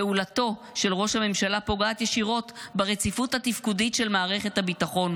פעולתו של ראש הממשלה פוגעת ישירות ברציפות התפקודית של מערכת הביטחון,